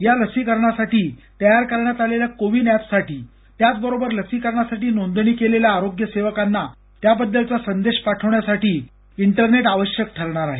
या लसीकरणासाठी तयार करण्यात आलेल्या कोवीन अॅपसाठी त्याचबरोबर लसीकरणासाठी नोंदणी केलेल्या आरोग्य सेवकांना त्याबद्दलचा संदेश पाठवण्यासाठी इंटरनेट आवश्यक ठरणार आहे